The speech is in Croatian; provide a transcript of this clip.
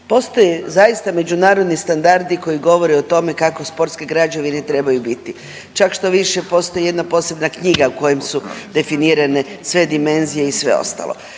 Postoje zaista međunarodni standardi koji govore o tome kako sportske građevine trebaju biti, čak štoviše postoji jedna posebna knjiga u kojem su definirane sve dimenzije i sve ostalo,